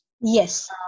Yes